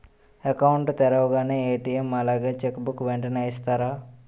Account తెరవగానే ATM అలాగే cheque book వెంటనే ఇస్తారా?